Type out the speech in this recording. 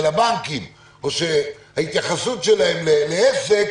של הבנקים, או שההתייחסות שלהם לעסק